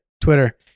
Twitter